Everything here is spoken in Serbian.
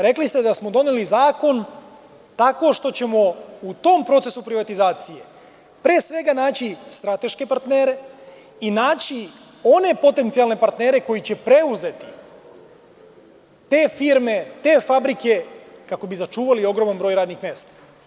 Rekli ste da smo doneli zakon tako što ćemo u tom procesu privatizacije pre svega naći strateške partnere i naći one potencijalne partnere koji će preuzeti te firme, te fabrike kako bi sačuvali ogroman broj radnih mesta.